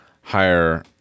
higher